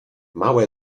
małe